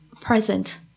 present